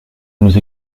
nous